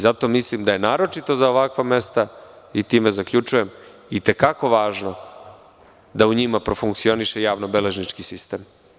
Zato mislim da je naročito za ovakva mesta, i time zaključujem, i te kako važno da u njima profunkcioniše javno-beležnički sistem.